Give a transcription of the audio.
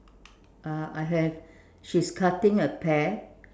uh I have she's cutting a pear